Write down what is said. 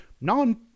non